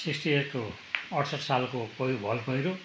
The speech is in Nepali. सिक्स्टी एटको अठसट्ठी सालको पहि भल पहिरो